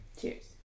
cheers